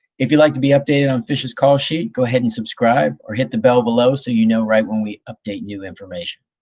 if you'd like to be updated on fish's call sheet, go ahead and subscribe or hit the bell below so you know right when we update new information.